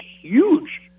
huge